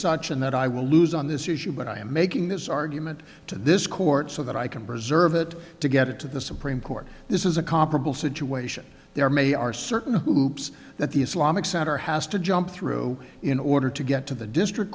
such and that i will lose on this issue but i am making this argument to this court so that i can preserve it to get it to the supreme court this is a comparable situation there may are certain hoops that the islamic center has to jump through in order to get to the district